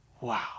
Wow